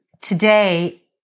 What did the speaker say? Today